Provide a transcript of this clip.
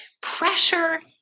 pressure